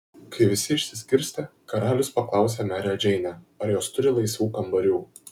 kai visi išsiskirstė karalius paklausė merę džeinę ar jos turi laisvų kambarių